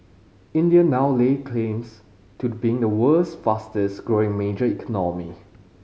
India now lays claims to being the world's fastest growing major economy